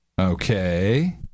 Okay